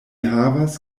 havas